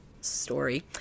story